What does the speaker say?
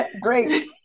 Great